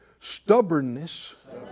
Stubbornness